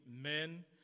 men